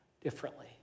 differently